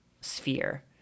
sphere